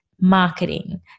marketing